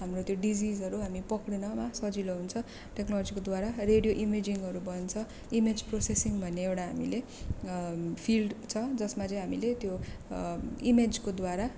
हाम्रो त्यो डिजिसहरू हामी पक्रिनमा सजिलो हुन्छ टेक्नोलोजीकोद्वारा रेडियो इमेजिङहरू भन्छ इमेज प्रोसेसिङ भन्ने एउटा हामीले फिल्ड छ जसमा चाहिँ हामीले त्यो इमेजको द्वारा